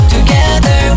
Together